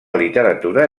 literatura